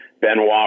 Benoit